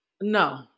No